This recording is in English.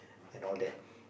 and all that